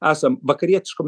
esam vakarietiško